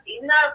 enough